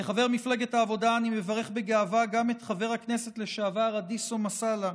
כחבר מפלגת העבודה אני מברך בגאווה גם את חבר הכנסת לשעבר אדיסו מסאלה,